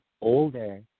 older